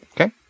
Okay